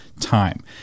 time